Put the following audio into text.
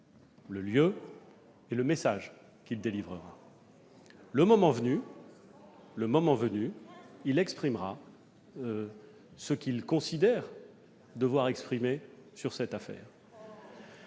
le lieu et le message qu'il délivrera. Le 15 août ! Le moment venu, il exprimera ce qu'il considère devoir dire sur cette affaire.